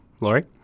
Lori